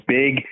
big